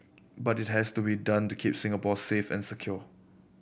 but it has to be done to keep Singapore safe and secure